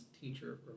teacher